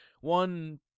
one